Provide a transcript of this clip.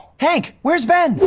hank, where's ben?